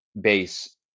base